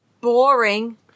boring